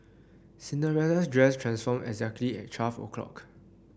Cinderella's dress transformed exactly at twelve o'clock